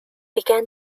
began